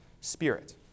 Spirit